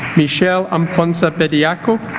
michelle amponsa bediako